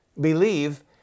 believe